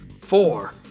Four